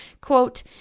quote